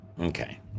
okay